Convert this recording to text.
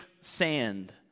sand